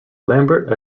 lambert